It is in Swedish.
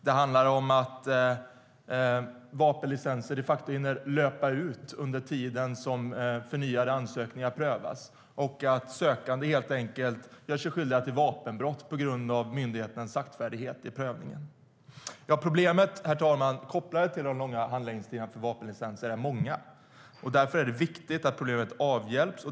Det handlar om att vapenlicenser hinner löpa ut under tiden som förnyade ansökningar prövas. Sökande gör sig helt enkelt skyldiga till vapenbrott på grund av myndighetens saktfärdighet vid prövningen. Herr talman! Problemen kopplade till de långa handläggningstiderna för vapenlicenser är många, så det är viktigt att de avhjälps.